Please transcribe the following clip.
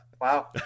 Wow